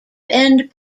end